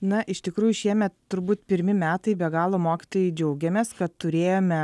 na iš tikrųjų šiemet turbūt pirmi metai be galo mokytojai džiaugiamės kad turėjome